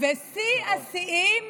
ושיא השיאים,